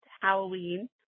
Halloween